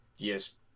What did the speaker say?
Yes